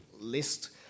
list